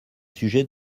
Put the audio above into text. sujet